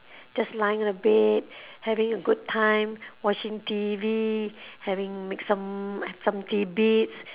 just lying on the bed having a good time watching T_V having make some like some tidbits